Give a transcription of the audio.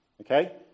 Okay